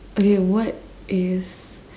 okay what is